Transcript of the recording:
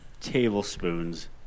tablespoons